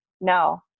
no